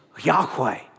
Yahweh